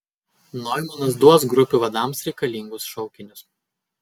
noimanas duos grupių vadams reikalingus šaukinius